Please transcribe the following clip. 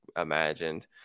imagined